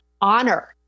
honor